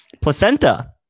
placenta